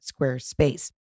Squarespace